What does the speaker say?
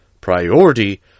Priority